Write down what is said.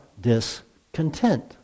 discontent